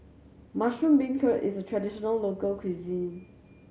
mushroom beancurd is a traditional local cuisine